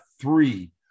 three